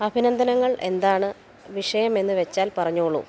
അഭിനന്ദനങ്ങൾ എന്താണ് വിഷയമെന്നുവെച്ചാല് പറഞ്ഞോളൂ